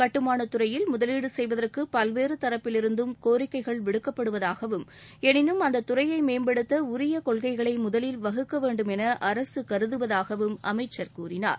கட்டுமானத் துறையில் முதலீடு செய்வதற்கு பல்வேறு தரப்பிலிருந்தும் கோரிக்கைகள் விடுக்கப்படுவதாகவும் எளினும் அந்த துறையை மேம்படுத்த உரிய கொள்கைகளை முதலில் வகுக்க வேண்டும் என அரசு கருதுவதாகவும் அமைச்சர் கூறினார்